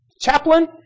chaplain